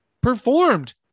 performed